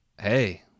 hey